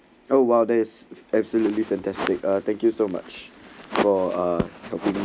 oh !wah! there's absolutely fantastic thank you so much for helping